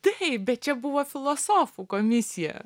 taip bet čia buvo filosofų komisija